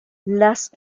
las